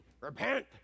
repent